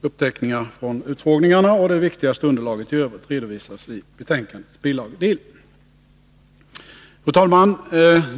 Uppteckningar av utfrågningarna och det viktigaste underlaget i övrigt redovisas i betänkandets bilagedel. Fru talman!